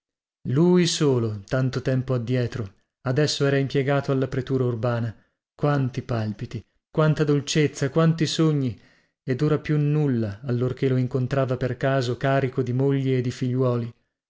lui solo tanto tempo addietro adesso era impiegato alla pretura urbana quanti palpiti quanta dolcezza quanti sogni ed ora più nulla allorchè lo incontrava per caso carico di moglie e di figliuoli